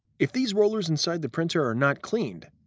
if these rollers inside the printer are not cleaned,